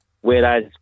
Whereas